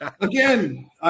Again